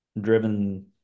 driven